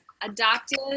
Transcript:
adopted